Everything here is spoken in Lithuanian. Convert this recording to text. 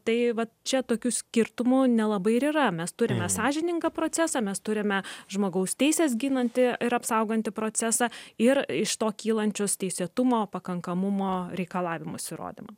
tai vat čia tokių skirtumų nelabai ir yra mes turime sąžiningą procesą mes turime žmogaus teises ginantį ir apsaugantį procesą ir iš to kylančius teisėtumo pakankamumo reikalavimus įrodymam